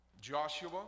Joshua